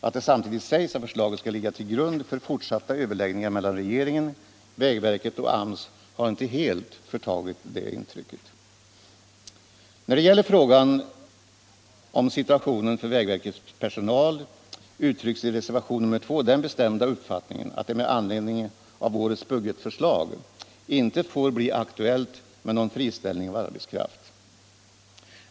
Att det samtidigt sägs att förslaget skall ligga till grund för fortsatta överläggningar mellan regeringen, vägverket och AMS har inte helt förtagit det intrycket. När det gäller frågan om situationen för vägverkets personal uttrycks i reservationen 2 den bestämda uppfattningen att det med anledning av årets budgetförslag inte får bli aktuellt med någon friställning av arbetskraft.